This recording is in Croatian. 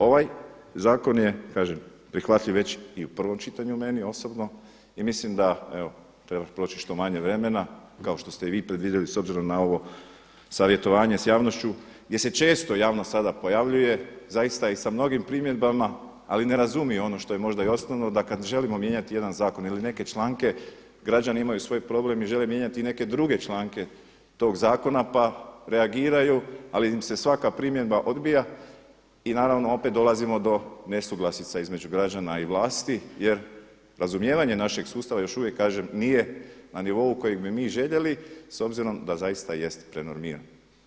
Ovaj zakon kažem je prihvatljiv već u prvom čitanju meni osobno i mislim da treba proći što manje vremena kao što ste i vi predvidjeli s obzirom na ovo savjetovanje s javnošću gdje se često javnost sada pojavljuje zaista i sa mnogim primjedbama, ali ne razumiju ono što je možda i osnovno da kada želimo mijenjati jedan zakon ili neke članke, građani imaju svoj problem i žele mijenjati neke druge članke tog zakona pa reagiraju, ali im se svaka primjedba odbija i naravno opet dolazimo do nesuglasica između građana i vlasti jer razumijevanje našeg sustava još uvijek nije na nivou kojeg bi mi željeli s obzirom da zaista jest prenormiran.